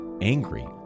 angry